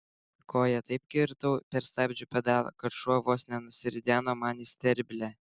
koja taip kirtau per stabdžių pedalą kad šuo vos nenusirideno man į sterblę